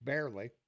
Barely